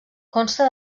consta